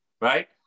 right